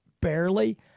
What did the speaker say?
barely